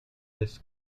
this